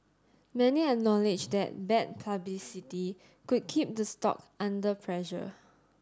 many acknowledge that bad publicity could keep the stock under pressure